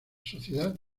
sociedad